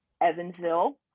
Evansville